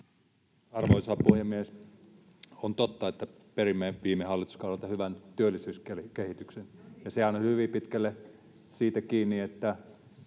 Arvoisa puhemies! On totta, että perimme viime hallituskaudelta hyvän työllisyyskehityksen. Sehän on hyvin pitkälle siitä kiinni, että